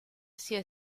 sia